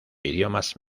idiomas